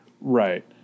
Right